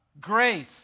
grace